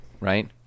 right